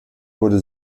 wurde